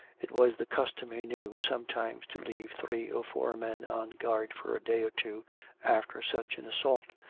it was the custom, he knew, sometimes to leave three or four men on guard for a day or two after such an assault,